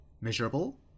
measurable